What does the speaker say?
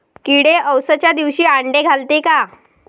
किडे अवसच्या दिवशी आंडे घालते का?